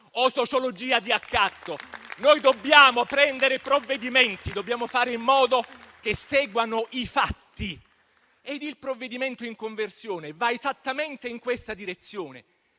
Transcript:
o sociologia di accatto. Noi dobbiamo assumere provvedimenti, dobbiamo fare in modo che seguano i fatti ed il provvedimento in conversione va esattamente in questa direzione.